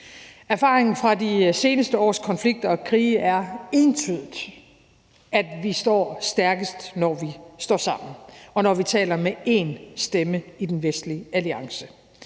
Erfaringen fra de seneste års konflikter og krige er entydigt, at vi står stærkest, når vi står sammen, og når vi taler med en stemme i den vestlige alliance.